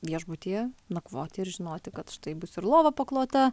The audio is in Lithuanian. viešbutyje nakvoti ir žinoti kad štai bus ir lova paklota